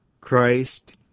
Christ